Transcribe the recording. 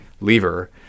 lever